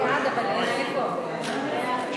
ההצעה להעביר את הצעת חוק התכנון והבנייה (תיקון מס'